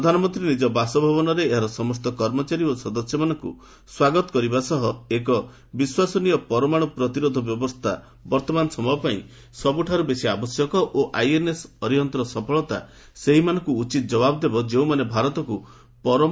ପ୍ରଧାନମନ୍ତ୍ରୀ ନିଜ ବାସଭବନରେ ଏହାର ସମସ୍ତ କର୍ମଚାରୀ ଓ ସଦସ୍ୟମାନଙ୍କୁ ସ୍ୱାଗତ କରିବା ସହ କହିଛନ୍ତି ଏକ ବିଶ୍ୱସନୀୟ ପରମାଣୁ ପ୍ରତିରୋଧ ବ୍ୟବସ୍ଥା ବର୍ତ୍ତମାନ ସମୟ ପାଇଁ ସବୁଠୁ ବେଶି ଆବଶ୍ୟକ ଓ ଆଇଏନ୍ଏସ୍ ଅରିହନ୍ତର ସଫଳତା ସେହିମାନଙ୍କୁ ଉଚିତ ଜବାବ ଦେବ ଯେଉଁମାନେ ଭାରତକୁ ପରମାଣୁ ଧମକ ଚମକ ଦେଇଆସୁଛନ୍ତି